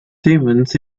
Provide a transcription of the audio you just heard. demons